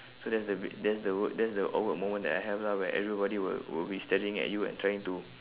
so that's the that's the w~ that's the awkward moment that I have lah where everybody will will be staring at you and trying to